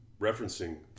referencing